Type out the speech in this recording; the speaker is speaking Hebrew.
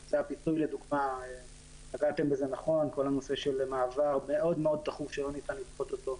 הנושא של מעבר מאוד מאוד תכוף שלא ניתן לצפות אותו,